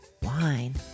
wine